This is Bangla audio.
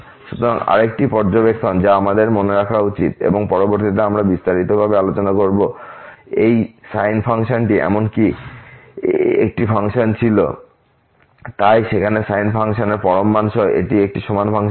সুতরাং আরেকটি পর্যবেক্ষণ যা আমাদের মনে রাখা উচিত এবং পরবর্তীতে আমরা বিস্তারিতভাবে আলোচনা করব যে এই সাইন ফাংশনটি এমনকি একটি ফাংশন ছিল তাই এখানে সাইন ফাংশন পরম মান সহ এটি একটি সমান ফাংশন ছিল